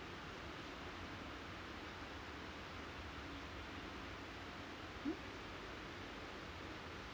mm